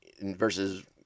versus